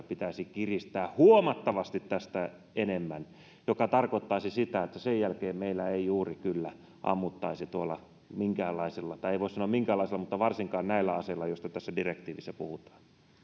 pitäisi kiristää huomattavasti tästä enemmän mikä tarkoittaisi sitä että sen jälkeen meillä ei juuri kyllä ammuttaisi tuolla minkäänlaisilla tai ei voi sanoa minkäänlaisilla mutta varsinkaan näillä aseilla joista tässä direktiivissä puhutaan